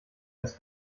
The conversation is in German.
das